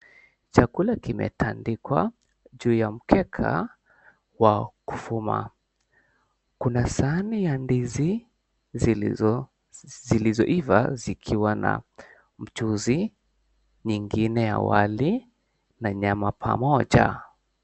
Chakula kimetandikwa juu ya mkeka wa kufa kuna sahani ya ndizi zilzoiiva zikiwa na mchuzi nyiengine ya wali na nyama pamoja.